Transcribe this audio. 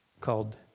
called